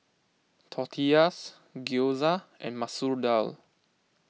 Tortillas Gyoza and Masoor Dal